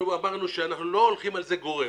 אמרנו שאנחנו לא הולכים על זה באופן גורף,